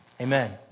Amen